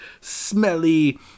smelly